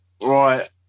Right